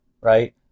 right